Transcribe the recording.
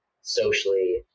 socially